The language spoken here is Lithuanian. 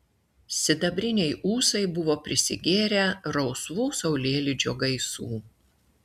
sidabriniai ūsai buvo prisigėrę rausvų saulėlydžio gaisų